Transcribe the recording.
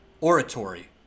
oratory